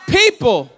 people